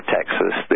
Texas